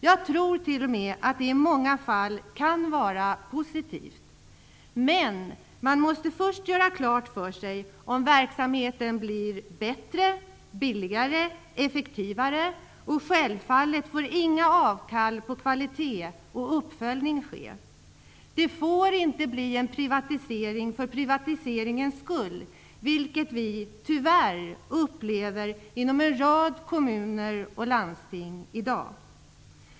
Jag tror t.o.m. att det i många fall kan vara positivt. Men man måste först göra klart för sig om verksamheten blir bättre, billigare och effektivare. Självfallet får man inte göra avkall på kvalitet och uppföljning. Det får inte bli en privatisering för privatiseringens skull, vilket vi tyvärr upplever inom en rad kommuner och landsting i dag.